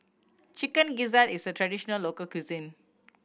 Chicken Gizzard is a traditional local cuisine